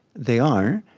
they are,